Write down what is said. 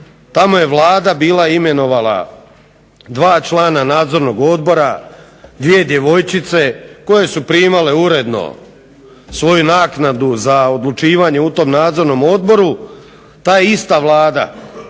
Tamo je Vlada bila imenovala dva člana nadzornog odbora dvije djevojčice koje su primale uredno svoju naknadu za odlučivanje u tom nadzornom odboru. Ta je ista Vlada,